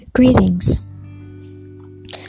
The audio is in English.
Greetings